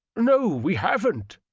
no, we haven't,